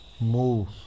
move